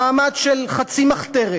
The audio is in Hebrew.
במעמד של חצי מחתרת,